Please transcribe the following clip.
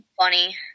funny